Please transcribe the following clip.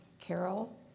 Carol